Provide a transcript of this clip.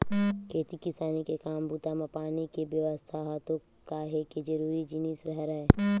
खेती किसानी के काम बूता म पानी के बेवस्था ह तो काहेक जरुरी जिनिस हरय